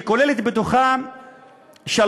שכוללת שלושה יסודות: